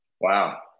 Wow